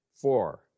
Four